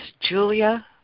Julia